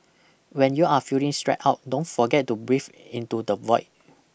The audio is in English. when you are feeling stressed out don't forget to breathe into the void